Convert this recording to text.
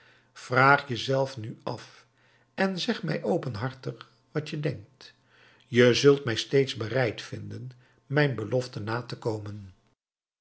vraag jezelf nu af en zeg mij openhartig wat je denkt je zult mij steeds bereid vinden mijn belofte na te komen